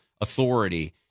authority